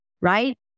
right